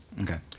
Okay